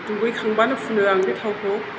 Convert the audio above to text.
दुगैखांबानो फुनो आं बे थावखौ